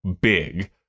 big